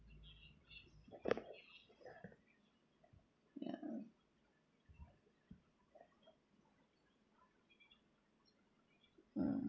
ya mm